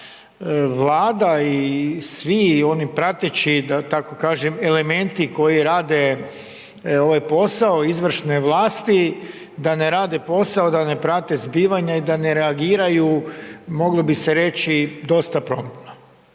da Vlada i svi oni prateći da tako kažem elementi koji rade ovaj posao izvršne vlasti, da ne rade posao, da ne prate zbivanja i da ne reagiraju moglo bi se reći dosta promptno.